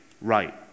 right